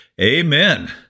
amen